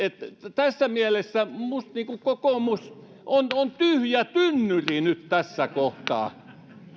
tässä mielessä minusta kokoomus on on tyhjä tynnyri nyt tässä kohtaa